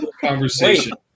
conversation